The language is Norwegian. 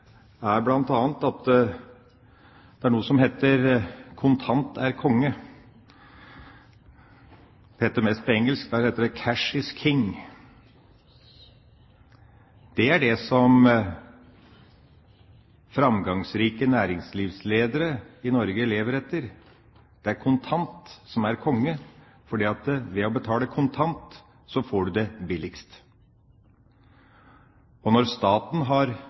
er bl.a. det som heter kontant er konge – på engelsk «cash is king». Det er det som framgangsrike næringslivsledere i Norge lever etter. Det er kontant som er konge, for ved å betale kontant får du det billigst. Når staten har